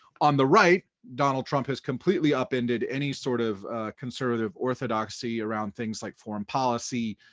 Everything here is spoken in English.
on the right, donald trump has completely up ended any sort of conservative orthodoxy around things like foreign policy,